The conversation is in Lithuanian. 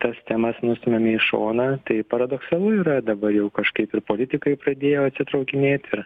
tas temas nustumiame į šoną tai paradoksalu yra dabar jau kažkaip ir politikai pradėjo atsitraukinėti